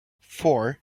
four